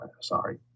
Sorry